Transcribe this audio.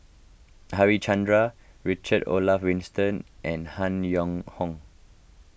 Harichandra Richard Olaf Winstedt and Han Yong Hong